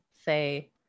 say